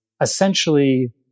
essentially